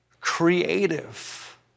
creative